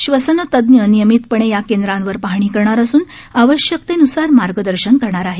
श्वसनतज्ञ नियमितपणे या केंद्रांवर पाहणी करणार असून आवश्यकतेन्सार मार्गदर्शन करणार आहेत